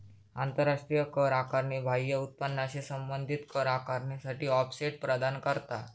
आंतराष्ट्रीय कर आकारणी बाह्य उत्पन्नाशी संबंधित कर आकारणीसाठी ऑफसेट प्रदान करता